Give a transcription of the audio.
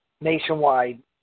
Nationwide